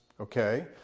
okay